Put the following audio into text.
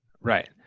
Right